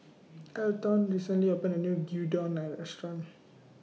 Elton recently opened A New Gyudon Restaurant